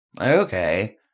okay